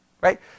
Right